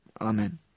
Amen